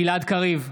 גלעד קריב,